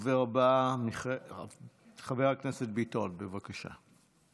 הדובר הבא חבר הכנסת ביטון, בבקשה.